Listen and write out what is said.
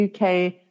UK